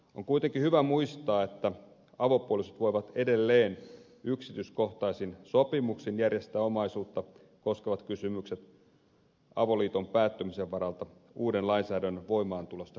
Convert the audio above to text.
on kuitenkin hyvä muistaa että avopuolisot voivat edelleen yksityiskohtaisin sopimuksin järjestää omaisuutta koskevat kysymykset avoliiton päättymisen varalta uuden lainsäädännön voimaantulosta riippumatta